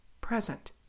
present